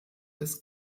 des